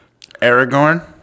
Aragorn